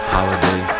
Holiday